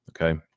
Okay